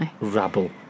Rabble